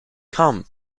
come